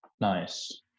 Nice